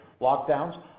lockdowns